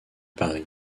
paris